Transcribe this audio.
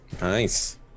Nice